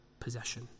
possession